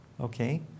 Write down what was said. Okay